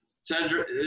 Cedric